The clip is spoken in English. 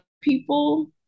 people